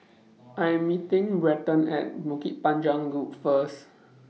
I Am meeting Brenton At Bukit Panjang Loop First